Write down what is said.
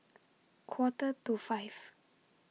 Quarter to five